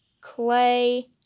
clay